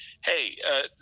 hey